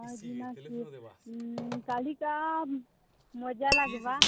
ହଁ ଯିମା ସେ କାଲିକା ମଜା ଲାଗ୍ବା